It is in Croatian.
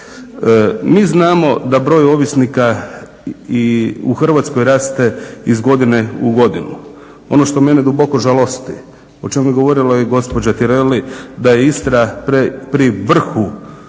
Mi znamo da broj ovisnika u Hrvatskoj raste iz godine u godinu. Ono što mene duboko žalosti o čemu je govorila i gospođa Tireli da je Istra pri vrhu te